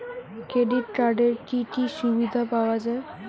Credit কার্ডের কি কি সুবিধা পাওয়া যায়?